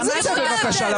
מה זה צא בבקשה?